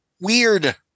weird